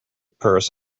purse